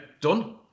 Done